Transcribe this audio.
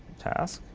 task.